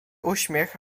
uśmiech